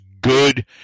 good